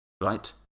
Right